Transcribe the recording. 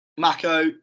Mako